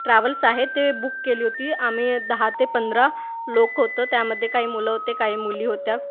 travels आहे ते book केली होती आम्ही दहा ते पंधरा लोक होतो त्यामध्ये काही मुलं होते काही मुली होत्या